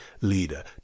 leader